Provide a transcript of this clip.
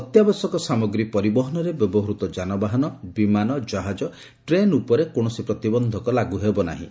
ଅତ୍ୟାବଶ୍ୟକ ସାମଗ୍ରୀ ପରିବହନରେ ବ୍ୟବହୂତ ଯାନବାହନ ବିମାନ ଜାହାଜ ଟ୍ରେନ୍ ଉପରେ କୌଣସି ପ୍ରତିବନ୍ଧକ ଲାଗୁ ହେବ ନାହିଁ